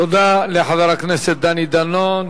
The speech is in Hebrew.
תודה לחבר הכנסת דני דנון,